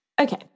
Okay